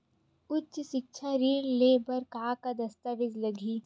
उच्च सिक्छा ऋण ले बर का का दस्तावेज लगही?